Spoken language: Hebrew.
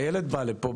הילד בא לפה.